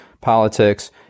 politics